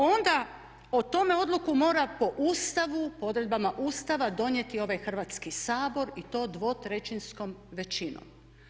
Onda o tome odluku mora po Ustavu, po odredbama Ustava donijeti ovaj Hrvatski sabor i to dvotrećinskom većinom.